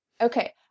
Okay